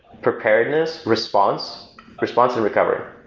preparedness, response response and recovery.